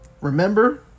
Remember